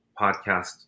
podcast